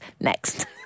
Next